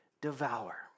devour